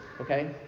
okay